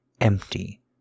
empty